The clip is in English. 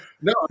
no